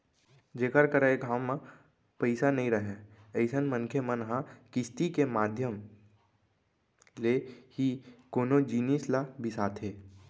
जेखर करा एक घांव म पइसा नइ राहय अइसन मनखे मन ह किस्ती के माधियम ले ही कोनो जिनिस ल बिसाथे